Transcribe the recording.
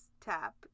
tap